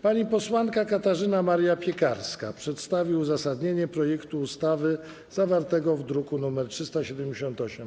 Pani posłanka Katarzyna Maria Piekarska przedstawi uzasadnienie projektu ustawy zawartego w druku nr 378.